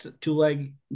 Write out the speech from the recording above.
two-leg